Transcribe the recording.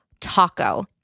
TACO